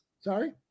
Sorry